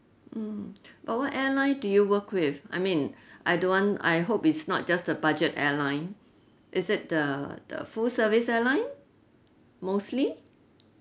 mm but what airline do you work with I mean I don't want I hope it's not just the budget airline is it the the full service airline mostly